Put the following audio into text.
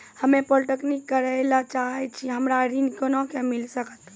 हम्मे पॉलीटेक्निक करे ला चाहे छी हमरा ऋण कोना के मिल सकत?